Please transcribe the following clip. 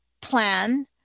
plan